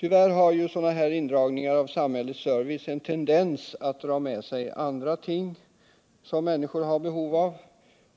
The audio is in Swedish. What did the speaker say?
Tyvärr har sådana indragningar av samhällsservice en tendens att dra med sig andra ting som människor har behov av.